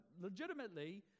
legitimately